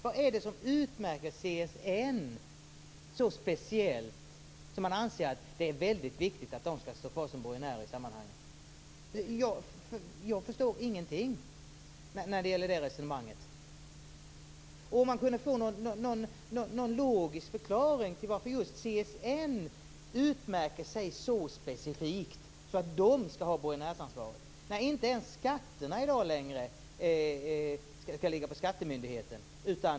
Vad är det som utmärker CSN så speciellt att man anser att det är väldigt viktigt att den står kvar som borgenär i sammanhanget? Jag förstår ingenting av det resonemanget. Om man ändå kunde få någon logisk förklaring till varför just CSN utmärker sig så specifikt att den skall ha borgenärsansvaret när inte ens skatteskulderna i dag längre skall ligga på skattemyndigheten.